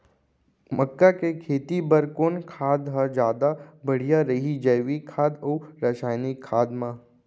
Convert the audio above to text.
मक्का के खेती बर कोन खाद ह जादा बढ़िया रही, जैविक खाद अऊ रसायनिक खाद मा?